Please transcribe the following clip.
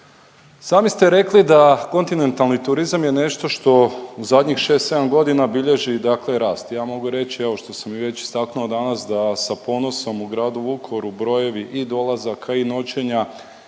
Sami ste rekli da kontinentalni turizam je nešto što u zadnjih šest, sedam godina bilježi rast. Ja mogu reći evo što sam već istaknuo danas da sa ponosom u Gradu Vukovaru brojevi i dolazaka i noćenja